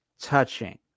touching